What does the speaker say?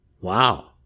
wow